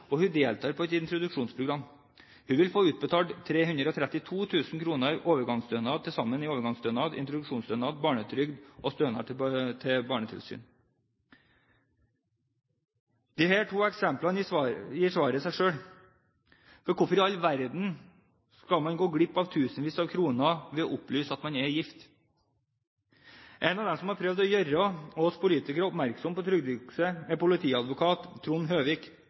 og hun deltar på et introduksjonsprogram. Hun vil til sammen få utbetalt 332 000 kr i overgangsstønad, introduksjonsstønad, barnetrygd og stønad til barnetilsyn. I disse to eksemplene gir svaret seg selv. Hvorfor i all verden skal man gå glipp av tusenvis av kroner ved å opplyse at man er gift? En av dem som har prøvd å gjøre oss politikere oppmerksom på trygdejukset, er politiadvokat Trond Høvik.